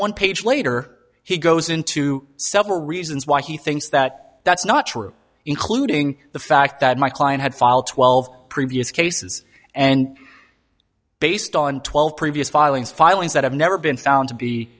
one page later he goes into several reasons why he thinks that that's not true including the fact that my client had filed twelve previous cases and based on twelve previous filings filings that have never been found to be